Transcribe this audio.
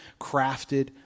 crafted